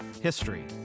history